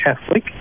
Catholic